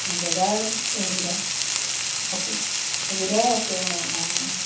অঁ বজাৰ সুবিধা সুবিধাই আছে অঁ অঁ